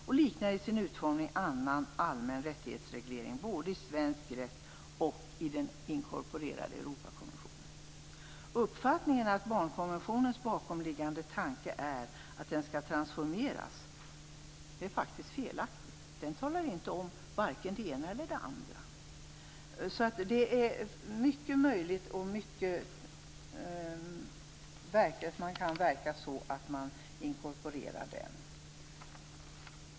Den liknar i sin utformning annan allmän rättighetsreglering både i svensk rätt och i den inkorporerade Europakonventionen. Uppfattningen att barnkonventionens bakomliggande tanke är att den skall transformeras är faktiskt felaktig. Den talar inte om varken det ena eller det andra. Så det är mycket möjligt att verka för att inkorporera den.